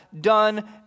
done